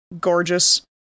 gorgeous